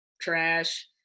trash